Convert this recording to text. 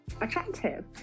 attractive